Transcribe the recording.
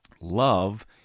love